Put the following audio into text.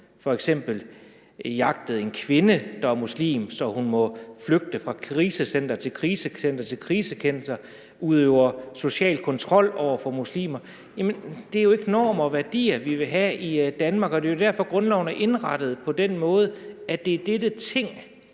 f.eks. har jagtet en kvinde, der er muslim, så hun må flygte fra krisecenter til krisecenter, og som udøver social kontrol over for muslimer, så er det jo ikke normer og værdier, vi vil have i Danmark. Det er jo derfor, grundloven er indrettet på den måde, at det er dette Ting,